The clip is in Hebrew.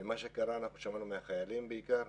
על מה שקרה שמענו בעיקר מהחיילים,